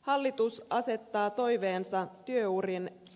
hallitus asettaa toiveensa